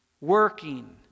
Working